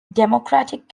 democratic